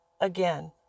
Again